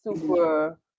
super